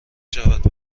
شود